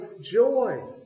joy